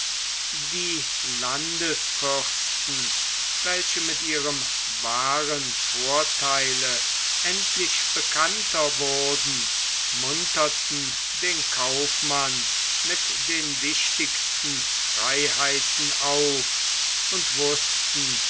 die landesfürsten welche mit ihrem wahren vortheile endlich bekannter wurden munterten den kaufmann mit den wichtigsten freiheiten auf und wußten